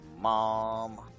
Mom